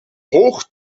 hoog